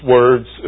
words